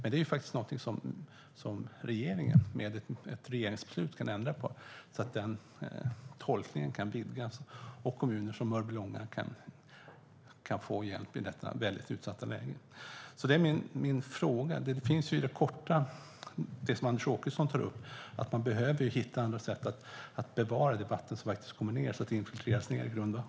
Men det kan faktiskt regeringen med ett regeringsbeslut ändra på, så att tolkningen kan vidgas och kommuner som Mörbylånga kan få hjälp i detta utsatta läge. På kort sikt handlar det om att hitta andra sätt att bevara det vatten som kommer ned, så att det inte filtreras ned i grundvattnet.